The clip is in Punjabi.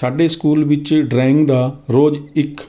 ਸਾਡੇ ਸਕੂਲ ਵਿੱਚ ਡਰਾਇੰਗ ਦਾ ਰੋਜ਼ ਇੱਕ